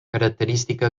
característica